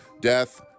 death